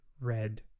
red